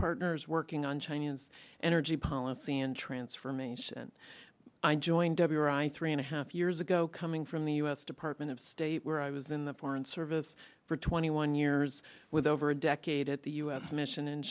partners working on chinese energy policy and transformation i joined three and a half years ago coming from the u s department of state where i was the foreign service for twenty one years with over a decade at the u s mission in